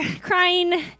crying